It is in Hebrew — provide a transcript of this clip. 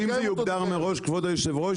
אם זה יוגדר מראש כבוד היושב ראש,